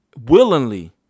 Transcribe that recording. willingly